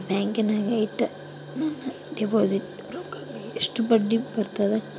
ಬ್ಯಾಂಕಿನಾಗ ಇಟ್ಟ ನನ್ನ ಡಿಪಾಸಿಟ್ ರೊಕ್ಕಕ್ಕ ಎಷ್ಟು ಬಡ್ಡಿ ಬರ್ತದ?